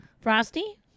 Frosty